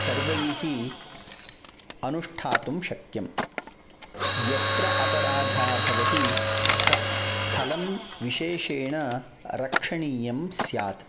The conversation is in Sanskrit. सर्वैः अनुष्ठातुं शक्यम् यत्र अपराधाः भवति तत् स्थलं विशेषेण रक्षणीयं स्यात्